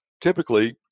Typically